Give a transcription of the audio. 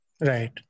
Right